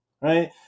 right